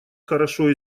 хорошо